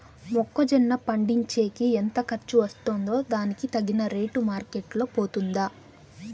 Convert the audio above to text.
మొక్క జొన్న పండించేకి ఎంత ఖర్చు వస్తుందో దానికి తగిన రేటు మార్కెట్ లో పోతుందా?